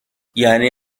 یعنی